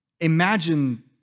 Imagine